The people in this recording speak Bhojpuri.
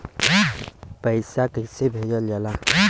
पैसा कैसे भेजल जाला?